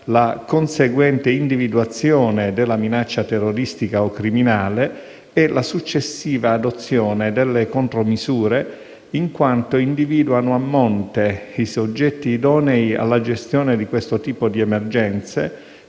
la conseguente individuazione della minaccia terroristica o criminale e la successiva adozione delle contromisure, in quanto individuano a monte i soggetti idonei alla gestione di questo tipo di emergenze,